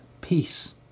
peace